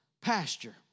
pasture